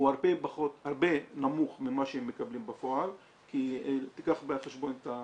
הוא נמוך בהרבה ממה שהם מקבלים בפועל כי צריך לקחת בחשבון את הוותק.